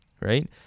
right